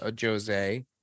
Jose